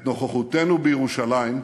את נוכחותנו בירושלים,